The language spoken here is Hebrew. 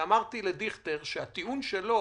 אמרתי לדיכטר שהטיעון שלו